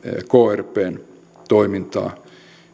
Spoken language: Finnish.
krpn toimintaa